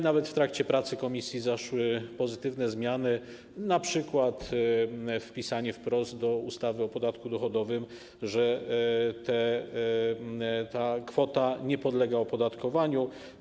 Nawet w trakcie prac komisji zaszły pozytywne zmiany, np. jeśli chodzi o wpisanie wprost do ustawy o podatku dochodowym, że ta kwota nie podlega opodatkowaniu.